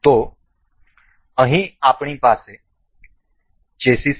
તેથી અહીં આપણી પાસે ચેસિસ છે